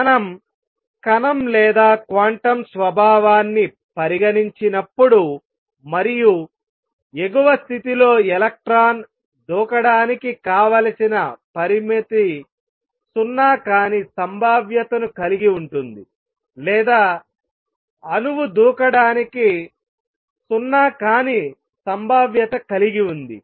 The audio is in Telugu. మనం కణం లేదా క్వాంటం స్వభావాన్ని పరిగణించినప్పుడు మరియు ఎగువ స్థితి లో ఎలక్ట్రాన్ దూకడానికి కావలసిన పరిమిత సున్నా కాని సంభావ్యతను కలిగి ఉంటుంది లేదా అణువు దూకడానికి సున్నా కాని సంభావ్యత కలిగి ఉంది